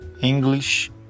English